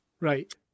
Right